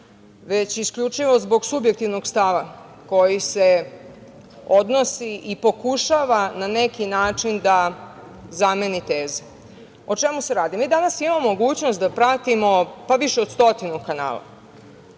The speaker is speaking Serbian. već isključivo zbog subjektivnog stava koji se odnosi i pokušava na neki način da zameni teze. O čemu se radi? Mi danas imamo mogućnost da pratimo da pratimo više od stotinu kanala